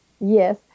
Yes